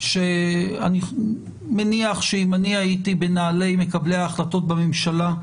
שאני מניח שאם הייתי בנעלי מקבלי ההחלטות בממשלה,